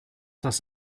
das